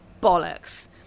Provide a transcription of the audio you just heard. bollocks